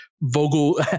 Vogel